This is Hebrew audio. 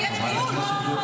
אנחנו כן נקבל.